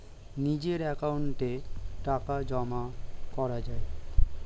নিজের অ্যাকাউন্টে টাকা জমা করা যায়